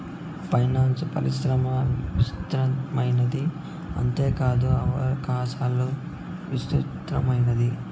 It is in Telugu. ఫైనాన్సు పరిశ్రమ విస్తృతమైనది అంతేకాదు అవకాశాలు విస్తృతమైనది